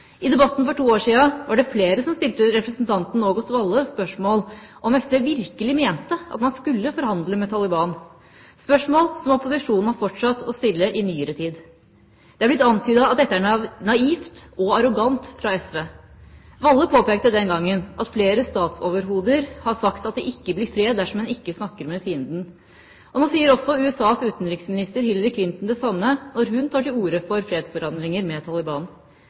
I debatten for to år siden var det flere som stilte representanten Ågot Valle spørsmål om SV virkelig mente at man skulle forhandle med Taliban, spørsmål som opposisjonen har fortsatt å stille i den senere tid. Det er blitt antydet at dette er naivt og arrogant fra SV. Valle påpekte den gangen at flere statsoverhoder har sagt at det ikke blir fred dersom en ikke snakker med fienden. Nå sier også USAs utenriksminister Hillary Clinton det samme når hun tar til orde for fredsforhandlinger med Taliban: